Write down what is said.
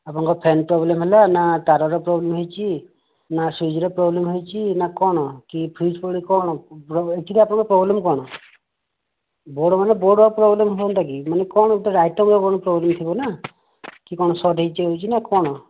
ଆପଣଙ୍କ fan problem ହେଲା ନା ନା ତାର ର ପ୍ରୋବ୍ଲେମ୍ ହେଇଛି ନା ସ୍ୱିଚ୍ର ପ୍ରୋବ୍ଲେମ୍ ହେଇଚି ନା କ'ଣ କି ଫ୍ୟୁଜ୍ ଫ୍ୟୁଜ୍ କ'ଣ ଏକ୍ଚୌଲି ଆପଣଙ୍କ ପ୍ରୋବ୍ଲେମ୍ କ'ଣ ବୋର୍ଡ଼ ମାନେ ବୋର୍ଡ଼ ର ଆଉ ପ୍ରୋବ୍ଲେମ୍ ହୁଅନ୍ତା କି ମାନେ କ'ଣ ଆଇଟମ୍ ର ପ୍ରୋବ୍ଲେମ୍ ଥିବନା କି କ'ଣ ସର୍ଟ ହେଇଛି ୟେ ଇଏ ହେଇଛି ନା କ'ଣ